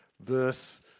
verse